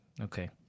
Okay